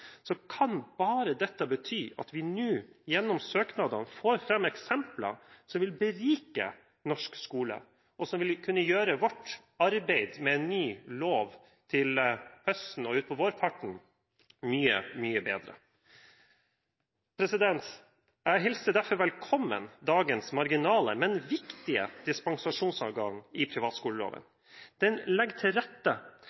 kan det bare bety at vi gjennom søknadene får fram eksempler som vil berike norsk skole, og som vil kunne gjøre vårt arbeid med en ny lov til høsten og utpå vårparten mye, mye bedre. Jeg hilser derfor velkommen dagens marginale, men viktige dispensasjonsadgang i